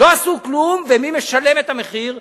לא עשו כלום, ומי משלם את המחיר?